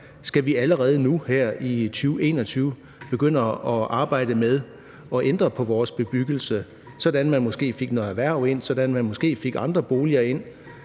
Skal vi allerede nu her i 2021 begynde at arbejde med at ændre på vores bebyggelse, sådan at man måske fik noget erhverv ind, sådan at man måske fik andre boliger ind,